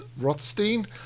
rothstein